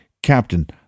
Captain